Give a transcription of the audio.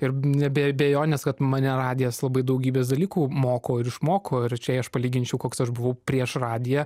ir ne be abejonės kad mane radijas labai daugybės dalykų moko ir išmoko ir čia aš palyginčiau koks aš buvau prieš radiją